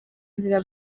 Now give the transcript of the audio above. inzira